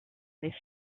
they